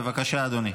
בבקשה, אדוני.